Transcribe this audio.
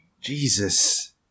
Jesus